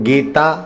Gita